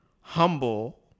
Humble